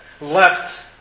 left